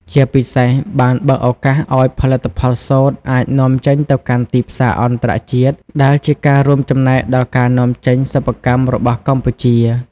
ជាពិសេសបានបើកឱកាសឲ្យផលិតផលសូត្រអាច នាំចេញទៅកាន់ទីផ្សារអន្តរជាតិ ដែលជាការរួមចំណែកដល់ការនាំចេញសិប្បកម្មរបស់កម្ពុជា។